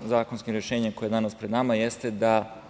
zakonskim rešenjem koje je danas pred nama jeste da